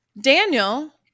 Daniel